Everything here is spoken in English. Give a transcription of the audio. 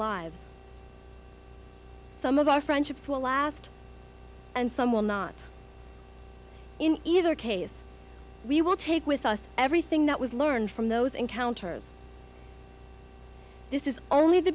lives some of our friendships will last and some will not in either case we will take with us everything that was learned from those encounters this is only the